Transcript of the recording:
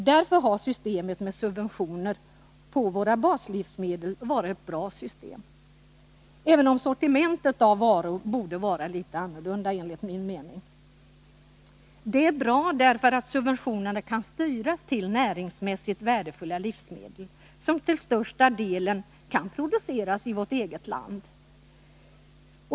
Därför har systemet med subventioner på våra baslivsmedel varit ett bra system, även om sortimentet av varor enligt min mening borde vara litet annorlunda. Det är bra därför att subventionerna kan styras till näringsmässigt värdefulla livsmedel, som till största delen kan produceras i vårt eget land.